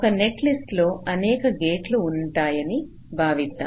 ఒక నెట్ లిస్టులో అనేక గేట్లు ఉంటాయని భావిద్దాం